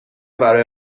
برای